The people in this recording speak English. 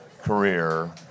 career